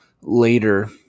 later